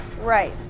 right